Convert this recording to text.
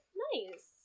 nice